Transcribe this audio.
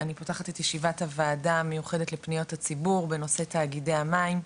אני פותחת את ישיבת הוועדה המיוחדת לפניות הציבור בנושא תאגידי המים,